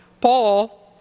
Paul